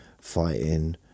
fighting